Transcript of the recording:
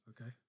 Okay